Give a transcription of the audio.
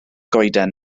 goeden